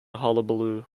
hullabaloo